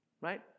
right